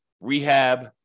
rehab